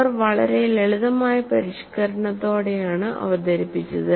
അവർ വളരെ ലളിതമായ പരിഷ്ക്കരണത്തോടെയാണ് അവതരിപ്പിച്ചത്